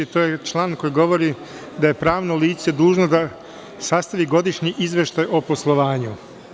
To je član koji govori da je pravno lice dužno da sastavlja godišnji izveštaj o poslovanju.